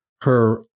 her-